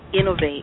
innovate